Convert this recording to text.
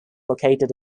located